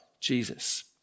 Jesus